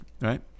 right